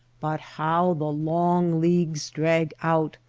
but how the long leagues drag out,